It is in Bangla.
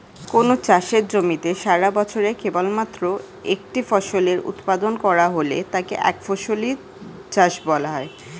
কোনও চাষের জমিতে সারাবছরে কেবলমাত্র একটি ফসলের উৎপাদন করা হলে তাকে একফসলি চাষ বলা হয়